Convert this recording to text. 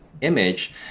image